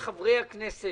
חברי הכנסת